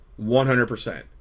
100%